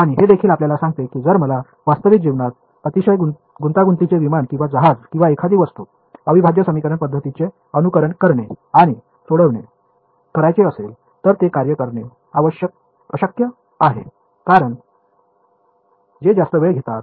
आणि हे देखील आपल्याला सांगते की जर मला वास्तविक जीवनात अतिशय गुंतागुंतीचे विमान किंवा जहाज किंवा एखादी वस्तू अविभाज्य समीकरण पद्धतींचे अनुकरण करणे आणि सोडवणे करायचे असेल तर ते कार्य करणे अशक्य आहे कारण ते जास्त वेळ घेतात